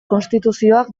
konstituzioak